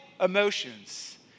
emotions